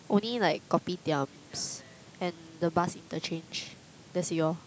only like Kopitiams and the bus interchange that's it orh